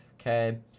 Okay